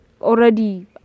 Already